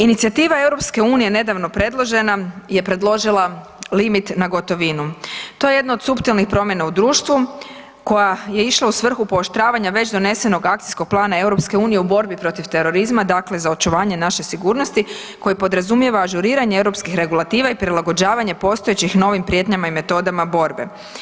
Inicijativa EU nedavno predložena je predložila limit na gotovinu, to je jedno od suptilnih promjena u društvu koja je išla u svrhu pooštravanja već donesenog akcijskog plana EU u borbi protiv terorizma dakle za očuvanje naše sigurnosti koje podrazumijeva ažuriranje europskih regulativa i prilagođavanje postojećih novim prijetnjama i metodama borbe.